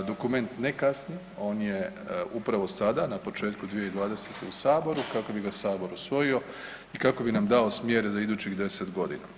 A dokument ne kasni, on je upravo sada na početku 2020. u Saboru kako bi ga Sabor usvojio i kako bi nam dao smjer za idućih 10 godina.